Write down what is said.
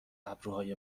ابروهای